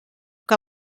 que